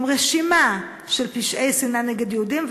עם רשימה של פשעי שנאה נגד יהודים,